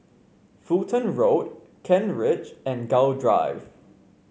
Fulton Road Kent Ridge and Gul Drive